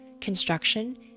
construction